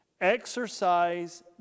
Exercise